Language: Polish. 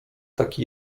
taki